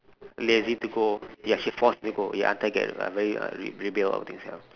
lazy to go ya she force me go until get uh very uh rebel ya